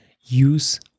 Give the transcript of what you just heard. use